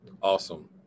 Awesome